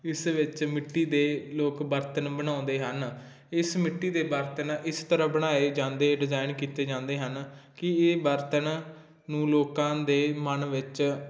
ਇਸ ਵਿੱਚ ਮਿੱਟੀ ਦੇ ਲੋਕ ਬਰਤਨ ਬਣਾਉਂਦੇ ਹਨ ਇਸ ਮਿੱਟੀ ਦੇ ਬਰਤਨ ਇਸ ਤਰ੍ਹਾਂ ਬਣਾਏ ਜਾਂਦੇ ਡਿਜ਼ਾਇਨ ਕੀਤੇ ਜਾਂਦੇ ਹਨ ਕਿ ਇਹ ਬਰਤਨ ਨੂੰ ਲੋਕਾਂ ਦੇ ਮਨ ਵਿੱਚ